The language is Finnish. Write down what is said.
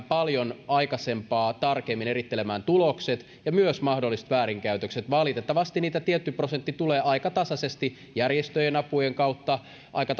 paljon aikaisempaa tarkemmin erittelemään tulokset ja myös mahdolliset väärinkäytökset valitettavasti niitä tietty prosentti tulee esiin aika tasaisesti järjestöjen apujen kautta aika